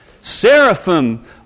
Seraphim